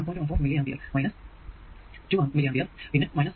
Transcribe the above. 14 milliampere 2 milliampere പിന്നെ 2